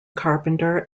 carpenter